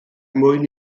mwyn